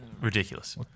ridiculous